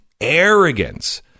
arrogance